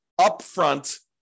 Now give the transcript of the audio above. upfront